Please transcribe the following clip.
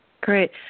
great